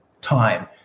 time